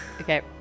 Okay